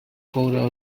coure